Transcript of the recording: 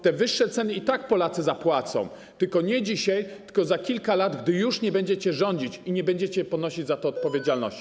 Te wyższe ceny i tak zapłacą Polacy, po prostu nie dzisiaj, tylko za kilka lat, gdy już nie będziecie rządzić i nie będziecie ponosić za to odpowiedzialności.